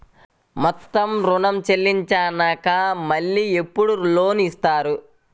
మొత్తం ఋణం చెల్లించినాక మళ్ళీ ఎప్పుడు లోన్ ఇస్తారు?